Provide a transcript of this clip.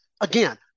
again